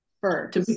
first